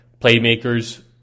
playmakers